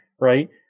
right